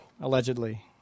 allegedly